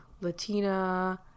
Latina